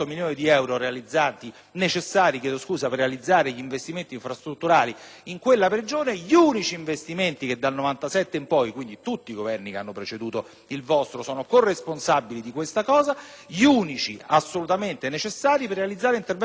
necessari per realizzare gli investimenti infrastrutturali in quella Regione, gli unici investimenti dal 1997 in poi - quindi tutti i Governi che hanno preceduto il vostro sono corresponsabili - e assolutamente necessari per realizzare interventi strutturali in quella Regione.